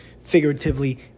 figuratively